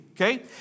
okay